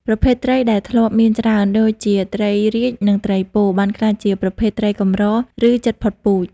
ប្រភេទត្រីដែលធ្លាប់មានច្រើន ដូចជាត្រីរាជ និងត្រីពោ បានក្លាយជាប្រភេទត្រីកម្រ ឬជិតផុតពូជ។